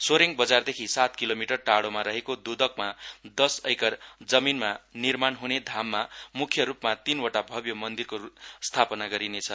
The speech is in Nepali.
सोरेङ बजारदेखि सात किलोमिटर टाड़ोमा रहेको दोदकमा दस एकर जमीनमा निर्माण हने धाममा मुख्यरूपमा तीनवटा भव्य मन्दिरको स्थापना गरिनेछ